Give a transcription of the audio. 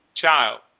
child